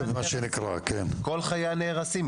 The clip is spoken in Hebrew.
כל חייה נהרסים.